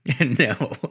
No